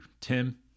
tim